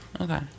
Okay